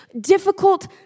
difficult